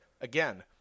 Again